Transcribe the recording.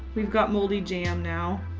we've got moldy jam now.